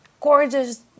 gorgeous